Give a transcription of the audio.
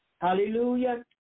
Hallelujah